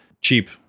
Cheap